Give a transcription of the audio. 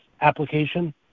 application